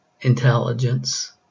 intelligence